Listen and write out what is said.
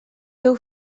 teu